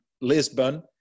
Lisbon